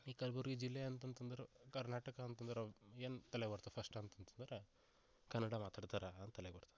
ಈ ಕಲ್ಬುರ್ಗಿ ಜಿಲ್ಲೆ ಅಂತಂತಂದ್ರು ಕರ್ನಾಟಕ ಅಂತಂದ್ರೆ ಅವು ಏನು ತಲೆ ಓಡುತ್ತೆ ಫಸ್ಟ್ ಅಂತದ್ರೆ ಕನ್ನಡ ಮಾತಾಡ್ತಾರೆ ಅಂತ ತಲೆಗೊಡ್ತದೆ